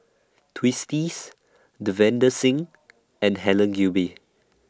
Twisstii Davinder Singh and Helen Gilbey